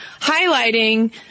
highlighting